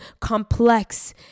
complex